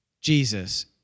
Jesus